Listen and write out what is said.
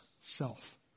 self